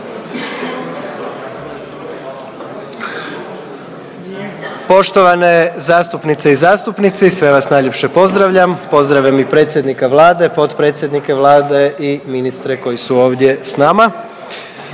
Poštovane zastupnice i zastupnici, sve vas najljepše pozdravljam, pozdravljam i predsjednika Vlade, potpredsjednike Vlade i ministre koji su ovdje s nama.